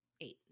Eight